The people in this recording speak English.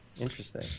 Interesting